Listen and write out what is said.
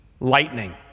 Lightning